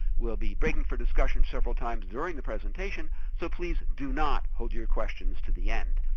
we'll be breaking for discussion several times during the presentation, so please do not hold your questions to the end.